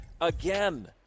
again